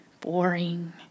boring